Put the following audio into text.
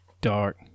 dark